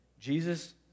Jesus